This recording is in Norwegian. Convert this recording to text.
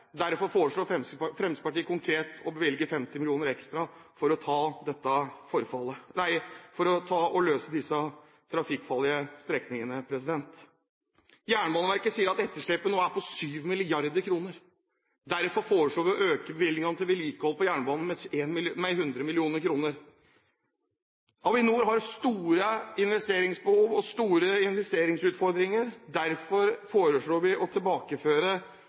Derfor foreslår Fremskrittspartiet konkret å bevilge 50 mill. kr ekstra for å finne en løsning for disse trafikkfarlige strekningene. Jernbaneverket sier at etterslepet nå er på 7 mrd. kr. Derfor foreslår vi å øke bevilgningene til vedlikehold på jernbanen med 100 mill. kr. Avinor har store investeringsbehov og store investeringsutfordringer. Derfor foreslår vi å tilbakeføre